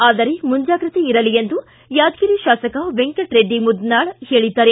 ಆದರೆ ಮುಂಜಾಗ್ರತೆ ಇರಲಿ ಎಂದು ಯಾದಗಿರಿ ಶಾಸಕ ವೆಂಕಟರೆಡ್ಡಿ ಮುದ್ನಾಳ್ ಹೇಳಿದ್ದಾರೆ